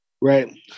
right